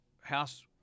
House